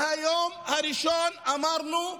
מהיום הראשון אמרנו: